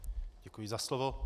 Děkuji za slovo.